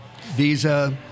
visa